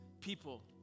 people